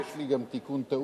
תצביעי, כי יש לי גם תיקון טעות.